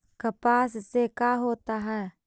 कपास से का होता है?